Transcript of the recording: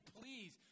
please